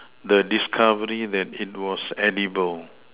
the discovery that it was edible